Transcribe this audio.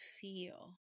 feel